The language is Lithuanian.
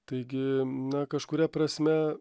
taigi na kažkuria prasme